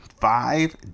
five